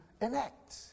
enact